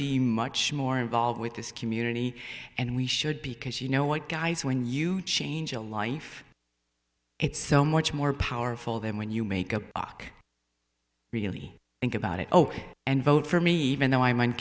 be much more involved with this community and we should be can see you know what guys when you change a life it's so much more powerful than when you make a buck really think about it and vote for me even though i mine